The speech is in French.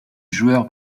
joueur